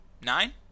nine